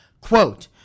Quote